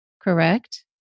correct